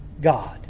God